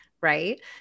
Right